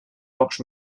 pocs